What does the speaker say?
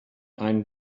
einen